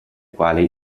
quali